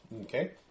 Okay